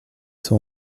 sont